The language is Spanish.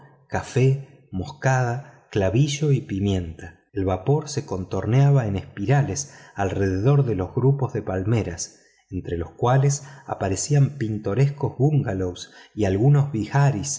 café moscada clavillo y pimienta el vapor se contorneaba en espirales alrededor de los grupos de palmeras entre las cuales aparecían pintorescos bungalows y algunos